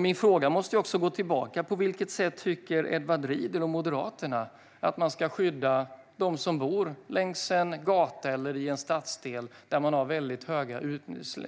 Min fråga måste också gå tillbaka: På vilket sätt tycker Edward Riedl och Moderaterna att man ska skydda dem som bor längs en gata eller i en stadsdel där man har mycket höga